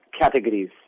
categories